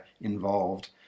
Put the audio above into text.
involved